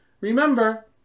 Remember